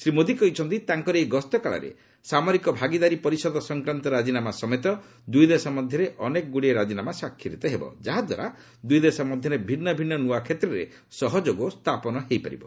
ଶ୍ରୀ ମୋଦି କହିଛନ୍ତି ତାଙ୍କର ଏହି ଗସ୍ତ କାଳରେ ସାମରିକ ଭାଗିଦାରୀ ପରିଷଦ ସଂକ୍ରାନ୍ତ ରାଜିନାମା ସମେତ ଦୁଇଦେଶ ମଧ୍ୟରେ ଅନେକଗ୍ରୁଡ଼ିଏ ରାଜିନାମା ସ୍ୱାକ୍ଷରିତ ହେବ ଯାହାଦ୍ୱାରା ଦୁଇଦେଶ ମଧ୍ୟରେ ଭିନ୍ନ ଭିନ୍ନ ନୂଆ କ୍ଷେତ୍ରରେ ସହଯୋଗ ସ୍ଥାପନ ହୋଇ ପାରିବ